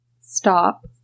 stop